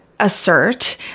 assert